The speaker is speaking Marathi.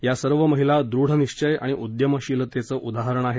या सर्व महिला दृढनिश्वय आणि उद्यमशीलतेचं उदाहरण आहेत